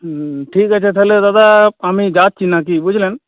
হুম ঠিক আছে তাহলে দাদা আমি যাচ্ছি নাকি বুঝলেন